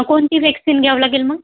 कोणती वॅक्सिन घ्यावं लागेल मग